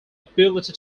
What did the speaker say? ability